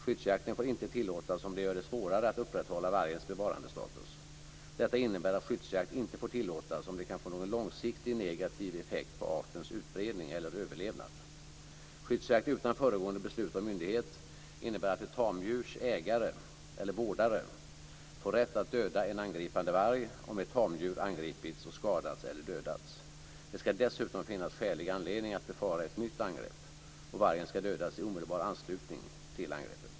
Skyddsjakten får inte tillåtas om det gör det svårare att upprätthålla vargens bevarandestatus. Detta innebär att skyddsjakt inte får tillåtas, om det kan få någon långsiktig negativ effekt på artens utbredning eller överlevnad. Skyddsjakt utan föregående beslut av myndighet innebär att ett tamdjurs ägare eller vårdare får rätt att döda en angripande varg om ett tamdjur angripits och skadats eller dödats. Det skall dessutom finnas skälig anledning att befara ett nytt angrepp, och vargen skall dödas i omedelbar anslutning till angreppet.